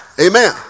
Amen